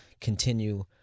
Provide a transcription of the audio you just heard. continue